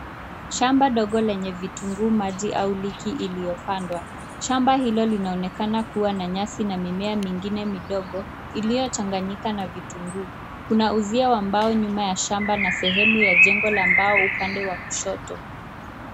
Shamba dogo lenye vitunguu maji au liki iliyopandwa. Shamba hilo linaonekana kuwa na nyasi na mimea mingine midogo iliyochanganyika na vitunguu. Kuna uzio wa mbao nyuma ya shamba na sehemu ya jengo la mbao upande wa kushoto.